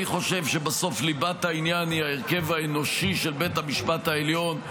אני חושב שבסוף ליבת העניין היא ההרכב האנושי של בית המשפט העליון.